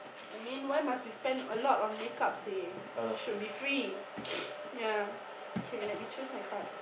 I mean why must we spend a lot on make-up say should be free ya kay let me choose my card